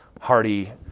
hardy